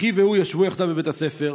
אחי והוא ישבו יחדיו בבית הספר.